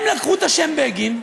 הם לקחו את השם בגין,